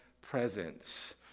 presence